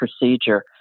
procedure